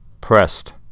Pressed